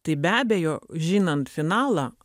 tai be abejo žinant finalą